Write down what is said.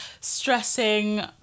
stressing